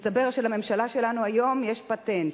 מסתבר שלממשלה היום יש פטנט,